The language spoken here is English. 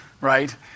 right